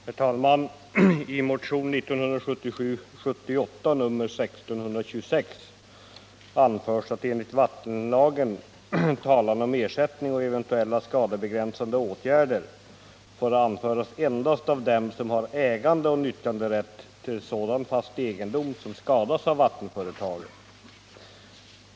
Herr talman! I motionen 1977/78:1626 anförs att enligt vattenlagen talan om ersättning och eventuella skadebegränsande åtgärder får anföras endast av dem som har ägandeoch nyttjanderätt till sådan fast egendom som skadas av vattenföretaget.